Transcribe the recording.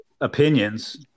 opinions